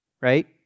Right